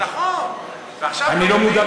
נכון, ועכשיו לא מביאים את זה?